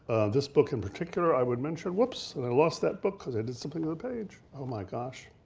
this book in particular i would mention, whoops, and i lost that book cause i did something to the page. oh my gosh,